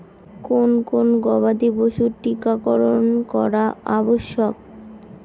কোন কোন গবাদি পশুর টীকা করন করা আবশ্যক?